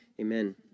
Amen